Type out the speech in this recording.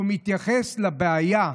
שהוא מתייחס לבעיה.